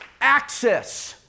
Access